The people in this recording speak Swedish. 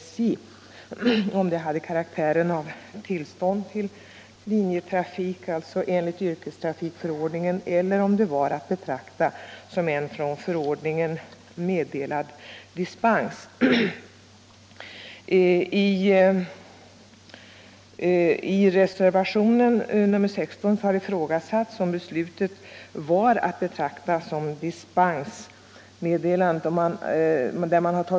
Frågan har varit huruvida beslutet hade karaktären av tillstånd till linjetrafik enligt yrkestrafikförordningen eller om det var att betrakta som en från förordningens regler meddelad dispens. I reservationen 16 har ifrågasatts att beslutet var att betrakta som ett dispensmeddelande.